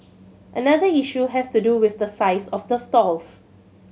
another issue has to do with the size of the stalls